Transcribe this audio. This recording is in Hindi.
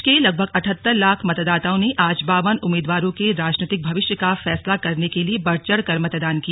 प्रदेश के लगभग अठहत्तर लाख मतदाताओं ने आज बावन उम्मीदवारों के राजनैतिक भविष्य का फैसला करने के लिए बढ़ चढ़कर मतदान किया